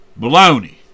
Baloney